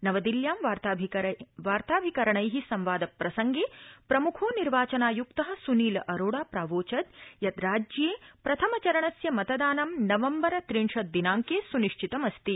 नवदिल्यां वार्ताभिकरणै संवाद प्रसंगे प्रमुखो निर्वाचनायुक्त सुनील अरोड़ा प्रावोचद् यत् राज्ये प्रथमचरणस्य मतदानं नवम्बर त्रिंशद्दिनांके सुनिधितमस्ति